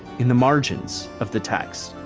in the margins of the text.